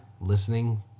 listening